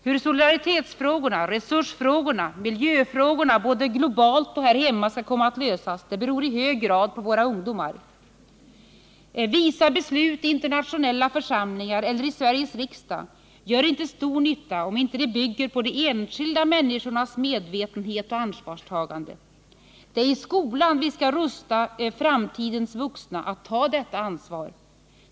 Hur solidaritetsfrågorna, resursfrågorna, miljöfrågorna, både globalt och här hemma, skall komma att lösas beror i hög grad på våra ungdomar. Visa beslut iinternationella församlingar eller i Sveriges riksdag gör inte stor nytta, om de inte bygger på de enskilda människornas medvetenhet och ansvarstagande. Det är i skolan vi skall rusta framtidens vuxna att ta detta ansvar.